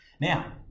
Now